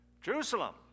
Jerusalem